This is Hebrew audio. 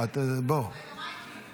רגע, מה איתי?